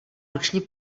ruční